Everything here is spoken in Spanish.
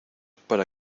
para